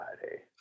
Friday